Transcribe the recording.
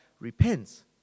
repents